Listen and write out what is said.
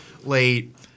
late